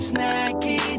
Snacky